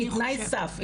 היא תנאי סף.